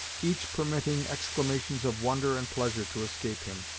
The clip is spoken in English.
each permitting exclamations of wonder and pleasure to escape him,